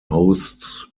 hosts